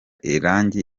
irangi